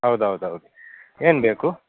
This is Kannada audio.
ಹೌದು ಹೌದು ಹೌದು ಏನುಬೇಕು